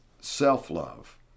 self-love